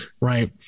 Right